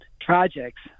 projects